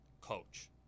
coach